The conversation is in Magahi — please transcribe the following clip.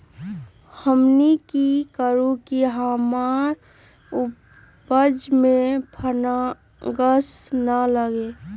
हमनी की करू की हमार उपज में फंगस ना लगे?